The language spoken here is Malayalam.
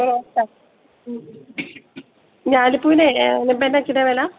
മ്മ് മ്മ് ഞാലിപ്പൂവന് ഇപ്പം എന്താ ചേട്ടാ വില